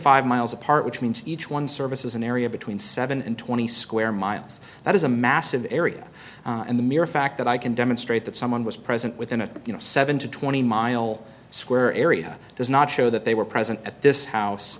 five miles apart which means each one services an area between seven and twenty square miles that is a massive area and the mere fact that i can demonstrate that someone was present within a seven to twenty mile square area does not show that they were present at this house